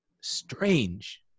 strange